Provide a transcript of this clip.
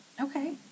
Okay